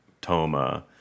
Toma